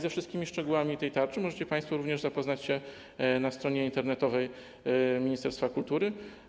Ze wszystkimi szczegółami tej tarczy możecie państwo zapoznać się na stronie internetowej ministerstwa kultury.